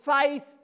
faith